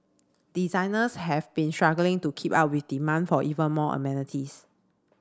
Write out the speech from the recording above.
designers have been struggling to keep up with demand for even more amenities